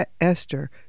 Esther